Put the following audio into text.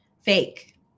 fake